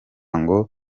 ngo